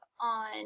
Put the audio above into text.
on